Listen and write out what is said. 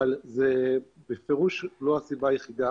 אבל זו בפירוש לא הסיבה היחידה.